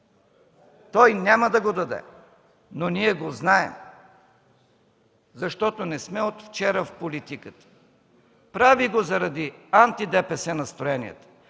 Той няма да го даде, но ние го знаем, защото ние не сме от вчера в политиката – прави го заради антидепесе настроенията,